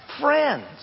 friends